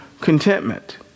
contentment